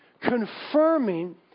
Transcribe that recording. confirming